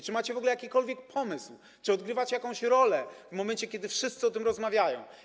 Czy macie w ogóle jakikolwiek pomysł, czy odgrywacie jakąś rolę w momencie, kiedy wszyscy o tym rozmawiają?